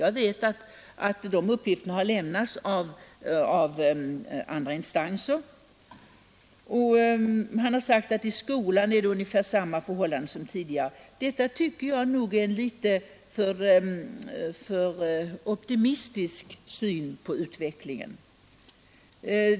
Jag vet att de uppgifterna har lämnats av andra instanser. Han har sagt att i skolan är det ungefär samma förhållande som tidigare. Detta tycker jag nog är en litet för optimistisk syn på utvecklingen.